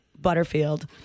Butterfield